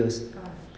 ah